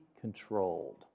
controlled